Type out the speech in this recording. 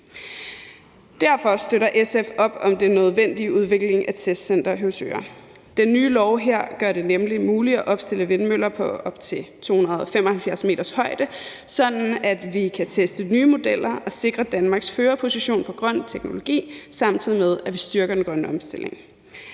Derfor støtter SF op om den nødvendige udvikling af Testcenter Høvsøre. Den nye lov her gør det nemlig muligt at opstille vindmøller med en højde på op til 275 m, sådan at vi kan teste nye modeller og sikre Danmarks førerposition inden for grøn teknologi, samtidig med at vi styrker den grønne omstilling.